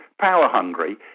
power-hungry